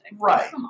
Right